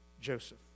Joseph